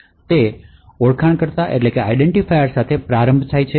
તે ઓળખાણકર્તા સાથે પ્રારંભ થાય છે